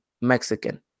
Mexican